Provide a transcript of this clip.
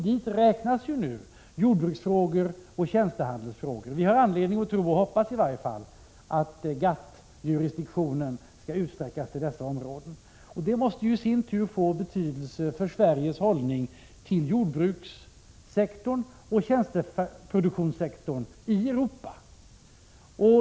Dit räknas nu jordbruksfrågor och tjänstehandelsfrågor. Vi har anledning till att tro — vi hoppas i alla fall — att 31 GATT:- jurisdiktionen skall utsträckas till dessa områden. Det måste i sin tur få betydelse för Sveriges hållning till jordbrukssektorn och tjänsteproduktionssektorn i Europa.